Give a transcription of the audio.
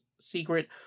secret